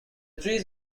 tree